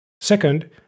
Second